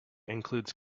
includes